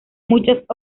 muchas